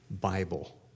Bible